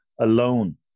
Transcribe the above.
alone